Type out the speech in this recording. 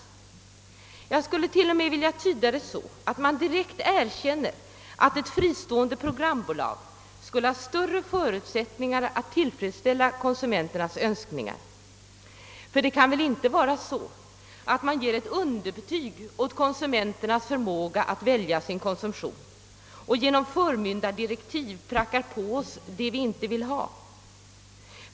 Jag skulle t.o.m. vilja tyda det så att man di rekt erkänner att ett fristående programbolag skulle ha större förutsättningar att tillfredsställa konsumenternas Önskningar. Ty det kan väl inte vara så, att man ger ett underbetyg åt konsumenternas förmåga att välja sin konsumtion och genom förmyndardirektiv prackar på oss vad vi inte vill ha.